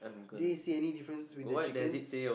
did you see any difference with the chickens